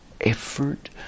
effort